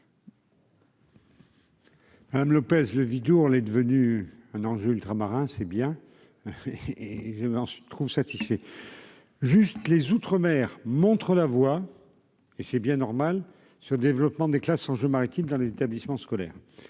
Anne Lopez le Vidourle est devenue un enjeu ultramarins c'est bien et et je m'en suis trouve satisfait juste les outre-mer montre la voie et c'est bien normal ce développement des classes enjeux maritimes dans les établissements scolaires,